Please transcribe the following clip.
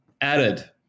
added